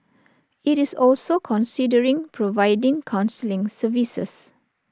it's also considering providing counselling services